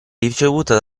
ricevuta